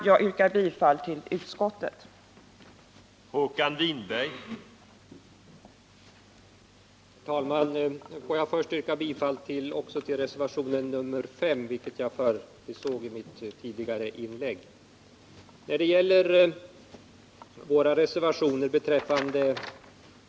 Jag yrkar bifall till utskottets hemställan i betänkandet.